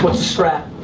but scrap?